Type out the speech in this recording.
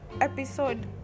episode